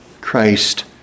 Christ